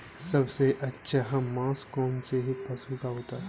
सबसे अच्छा मांस कौनसे पशु का होता है?